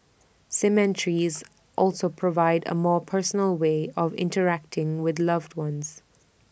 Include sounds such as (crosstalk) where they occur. cemeteries (noise) also provide A more personal way of interacting with loved ones